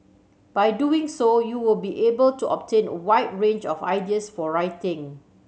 by doing so you will be able to obtain a wide range of ideas for writing